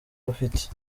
ufite